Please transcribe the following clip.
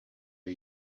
are